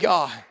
God